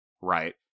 right